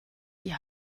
die